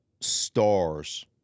stars